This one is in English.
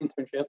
internship